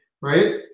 right